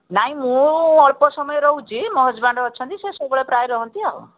ନାହିଁ ମୁଁ ଅଳ୍ପ ସମୟ ରହୁଛି ମୋ ହଜବ୍ୟାଣ୍ଡ ଅଛନ୍ତି ସିଏ ସବୁବେଳେ ପ୍ରାୟେ ରହନ୍ତି ଆଉ